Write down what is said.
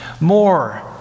more